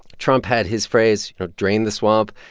trump had his phrase you know, drain the swamp.